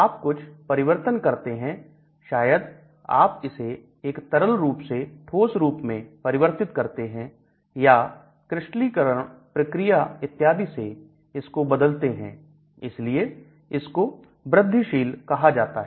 आप कुछ परिवर्तन करते हैं शायद आप इसे एक तरल रूप से ठोस रूप में परिवर्तित करते हैं या क्रिस्टलीकरण प्रक्रिया इत्यादि से इसको बदलते हैं इसलिए इसको वृद्धिशील कहां जाता है